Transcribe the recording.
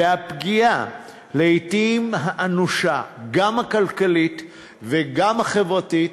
והפגיעה, לעתים האנושה, גם הכלכלית וגם החברתית,